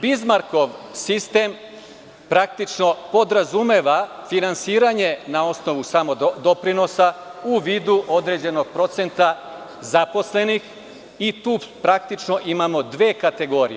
Bizmarkov sistem praktično podrazumeva finansiranje na osnovu doprinosa u vidu određenog procenta zaposlenih i tu praktično imamo dve kategorije.